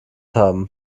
haben